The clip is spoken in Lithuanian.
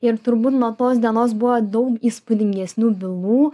ir turbūt nuo tos dienos buvo daug įspūdingesnių bylų